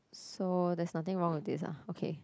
so there's nothing wrong with this ah okay